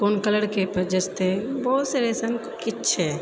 कोन कलरके एहिपर जँचतै बहुत सा अइसन किछु छै